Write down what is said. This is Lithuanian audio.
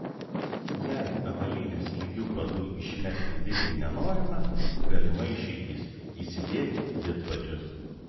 jei avalynės lygiu padu išmesti visgi nenorima galima išeitis įsidėti vidpadžius